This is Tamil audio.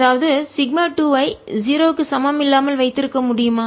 அதாவது σ 2 ஐ 0 க்கு சமம் இல்லாமல் வைத்திருக்க முடியுமா